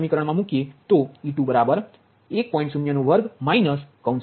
02 0